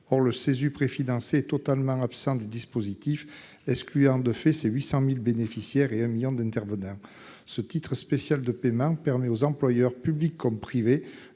Or le Cesu préfinancé est totalement absent du dispositif, excluant de fait ses 800 000 bénéficiaires et 1 million d'intervenants. Ce titre spécial de paiement permet aux employeurs, publics comme privés,